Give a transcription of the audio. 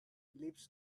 lives